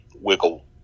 wiggle